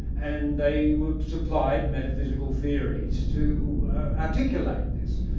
and they supplied metaphysical theories to articulate this.